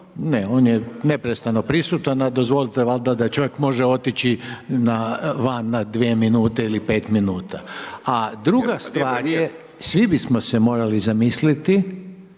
ne on je neprestano prisutan, a dozvolite valjda da čovjek može otići van na 2 minute ili 5 minuta, a druga stvar je svi bismo se morali zamisliti